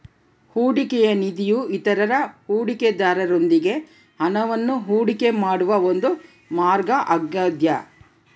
ಹೂಡಿಕೆಯ ನಿಧಿಯು ಇತರ ಹೂಡಿಕೆದಾರರೊಂದಿಗೆ ಹಣವನ್ನು ಹೂಡಿಕೆ ಮಾಡುವ ಒಂದು ಮಾರ್ಗ ಆಗ್ಯದ